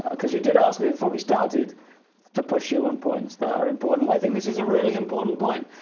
cause you did ask me, before we started to push you on points that are important. and i think this is a really important point.